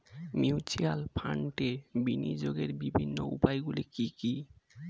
Mutual ফান্ডে বিনিয়োগের বিভিন্ন উপায়গুলি কি কি?